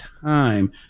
time